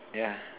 yeah